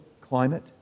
climate